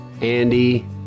Andy